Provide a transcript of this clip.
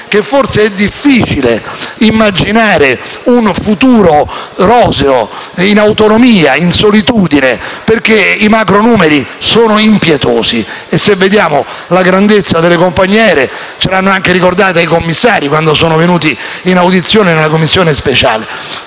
che è forse difficile immaginare un futuro roseo, in autonomia e in solitudine, perché i macronumeri sono impietosi. Basta vedere la grandezza delle compagnie aree, che ci hanno ricordato i commissari intervenuti in audizione presso la Commissione speciale